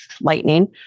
lightning